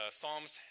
Psalms